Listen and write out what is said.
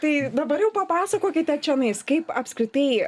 tai dabar jau papasakokite čionais kaip apskritai